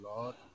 Lord